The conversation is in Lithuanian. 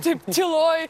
taip tyloj